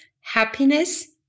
happiness